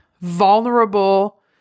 vulnerable